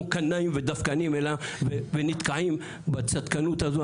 קנאים ודווקנים אליהם ונתקעים בצדקנות הזו,